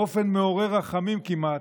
באופן מעורר רחמים כמעט,